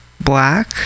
black